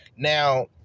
Now